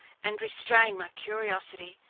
and restrain my curiosity,